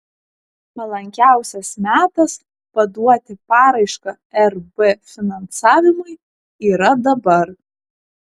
palankiausias metas paduoti paraišką rb finansavimui yra dabar